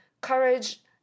courage